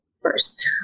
first